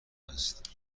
است